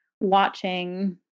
watching